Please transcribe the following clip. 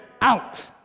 out